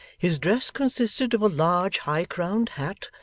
his dress consisted of a large high-crowned hat,